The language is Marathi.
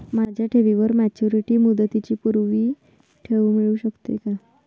माझ्या ठेवीवर मॅच्युरिटी मुदतीच्या पूर्वी ठेव मिळू शकते का?